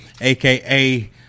aka